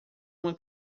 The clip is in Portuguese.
uma